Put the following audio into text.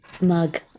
mug